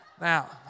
Now